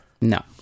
No